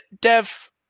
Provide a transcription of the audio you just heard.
dev